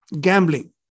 gambling